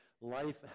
life